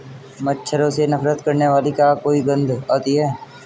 मच्छरों से नफरत करने वाली क्या कोई गंध आती है?